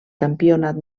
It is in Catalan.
campionat